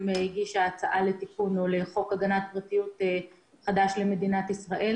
הגישה הצעה לחוק הגנת פרטיות חדש למדינת ישראל.